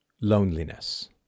loneliness